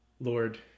Lord